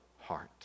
heart